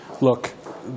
Look